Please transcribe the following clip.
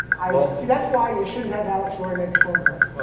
see, that's why you shouldn't have alex roy make the phone calls.